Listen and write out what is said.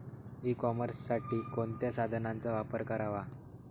E कॉमर्ससाठी कोणत्या साधनांचा वापर करावा?